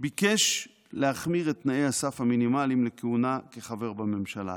ביקש להחמיר את תנאי הסף המינימליים לכהונה כחבר בממשלה.